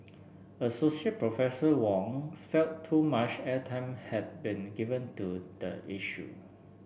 associate Professor Wong felt too much airtime had been given to the issue